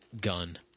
gun